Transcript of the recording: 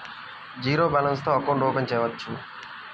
Zero balance తో account open చేయవచ్చు?